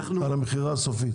על המכירה הסופית?